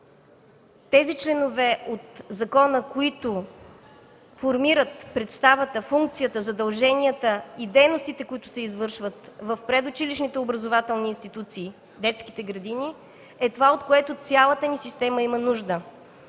тези членове от закона, които формират представата, функцията, задълженията и дейностите, които се извършват в предучилищните образователни институции – детските градини, е това, от което цялата ни система има нужда.